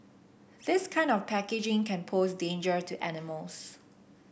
this kind of packaging can pose danger to animals